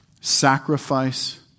sacrifice